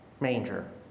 manger